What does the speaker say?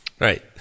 right